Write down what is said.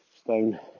stone